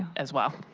as well.